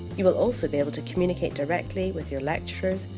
you will also be able to communicate directly with your lecturers,